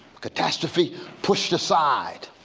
catastrophe pushed aside.